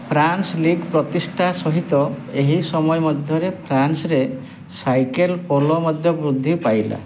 France league ପ୍ରତିଷ୍ଠା ସହିତ ଏହି ସମୟ ମଧ୍ୟରେ ଫ୍ରାନ୍ସରେ ସାଇକେଲ୍ ପୋଲୋ ମଧ୍ୟ ବୃଦ୍ଧି ପାଇଲା